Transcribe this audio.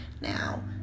Now